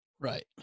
Right